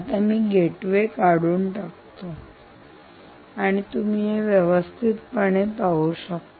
आता मी गेटवे काढून टाकतो आणि तुम्ही हे व्यवस्थितपणे पाहू शकता